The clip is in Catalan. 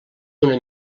una